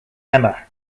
emma